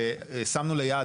ושמנו ליעד,